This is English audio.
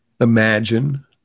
imagine